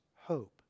hope